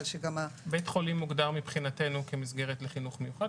אבל שגם --- בית חולים מוגדר מבחינתנו כמסגרת לחינוך מיוחד,